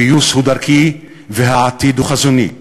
הפיוס הוא דרכי והעתיד הוא חזוני.